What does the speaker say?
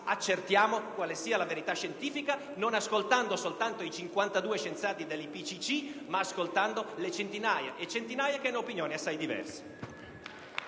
accertare quale sia la verità scientifica, non ascoltando soltanto i 52 scienziati dell'IPCC, ma anche le centinaia e centinaia di scienziati che hanno opinioni assai diverse.